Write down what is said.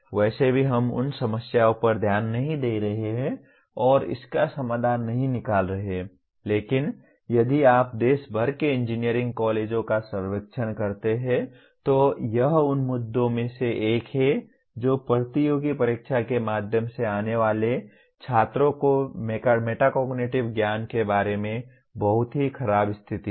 वैसे भी हम उन समस्याओं पर ध्यान नहीं दे रहे हैं और इसका समाधान नहीं निकाल रहे हैं लेकिन यदि आप देश भर के इंजीनियरिंग कॉलेजों का सर्वेक्षण करते हैं तो यह उन मुद्दों में से एक है जो प्रतियोगी परीक्षा के माध्यम से आने वाले छात्रों के मेटाकॉग्निटिव ज्ञान के बारे में बहुत ही खराब स्थिति है